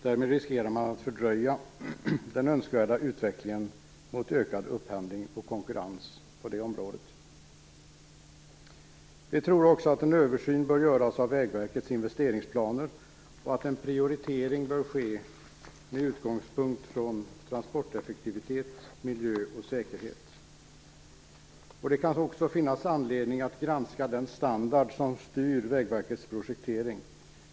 Därmed riskerar man att fördröja den önskvärda utvecklingen mot ökad upphandling och konkurrens på det området. Vi tror också att en översyn bör göras av Vägverkets investeringsplaner och att en prioritering bör ske med utgångspunkt från transporteffektivitet, miljö och säkerhet. Det kan också finnas anledning att granska den standard som styr Vägverkets projektering.